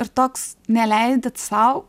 ir toks neleidi sau